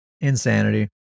Insanity